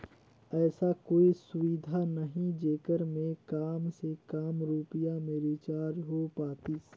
ऐसा कोई सुविधा नहीं जेकर मे काम से काम रुपिया मे रिचार्ज हो पातीस?